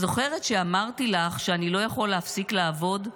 זוכרת שאמרתי לך שאני לא יכול להפסיק לעבוד?